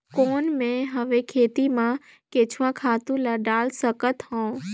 कौन मैं हवे खेती मा केचुआ खातु ला डाल सकत हवो?